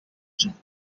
circle